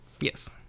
Yes